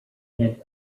and